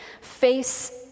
face